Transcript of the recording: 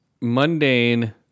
mundane